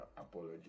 apology